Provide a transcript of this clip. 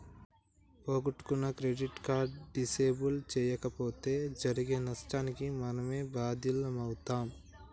పోగొట్టుకున్న credit card disable చేయించకపోతే జరిగే నష్టానికి మనమే బాధ్యులమవుతం